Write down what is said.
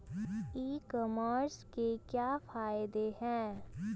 ई commerce के क्या फायदे हैं?